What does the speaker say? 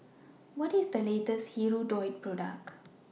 What IS The latest Hirudoid Product